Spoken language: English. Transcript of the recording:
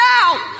out